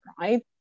right